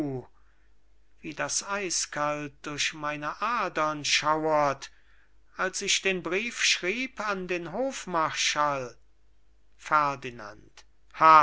wie das eiskalt durch meine adern schauert als ich den brief schrieb an den hofmarschall ferdinand